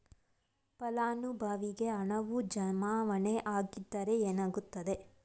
ಫಲಾನುಭವಿಗೆ ಹಣವು ಜಮಾವಣೆ ಆಗದಿದ್ದರೆ ಏನಾಗುತ್ತದೆ?